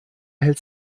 hält